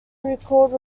recalled